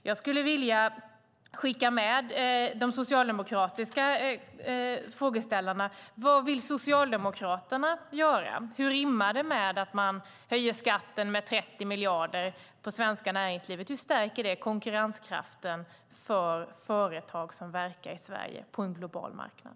Jag skulle vilja skicka med de socialdemokratiska frågeställarna följande: Vad vill Socialdemokraterna göra? Hur rimmar det med att man vill höja skatten med 30 miljarder för det svenska näringslivet? Hur stärker det konkurrenskraften för företag som verkar i Sverige på en global marknad?